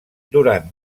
durant